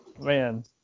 man